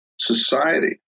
society